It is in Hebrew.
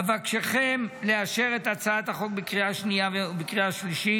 אבקשכם לאשר את הצעת החוק בקריאה השנייה ובקריאה השלישית.